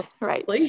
right